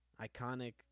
iconic